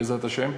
בעזרת השם,